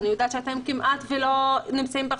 אני יודעת שאתם כמעט ולא נמצאים ואם נמצאים,